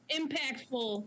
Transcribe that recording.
impactful